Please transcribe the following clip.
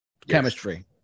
chemistry